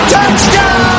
Touchdown